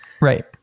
Right